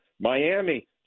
Miami